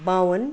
बाउन्न